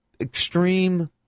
extreme